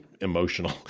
emotional